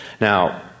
Now